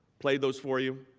played those for you,